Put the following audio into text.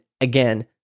again